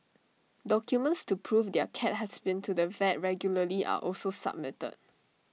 documents to prove their cat has been to the vet regularly are also submitted